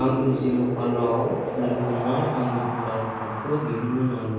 आं डिजिलकाराव दोनथुमनाय आंनि आधार कार्डखौ दिहुन्नो नांगौ